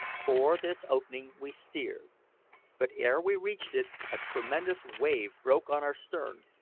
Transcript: for this opening we steered but ere we reached it a tremendous wave broke on our stern,